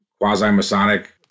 quasi-masonic